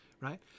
right